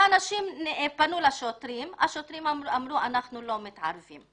אנשים פנו לשוטרים והשוטרים אמרו שהם לא מתערבים.